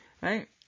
right